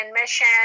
mission